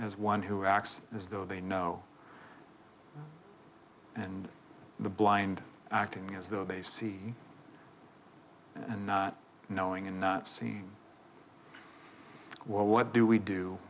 one who acts as though they know and the blind acting as though they see and not knowing and not see well what do we do